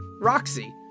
Roxy